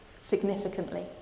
significantly